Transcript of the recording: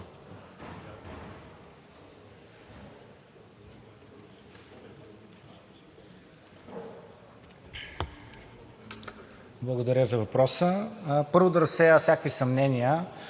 Благодаря за въпроса. Първо да разсея всякакви съмнения.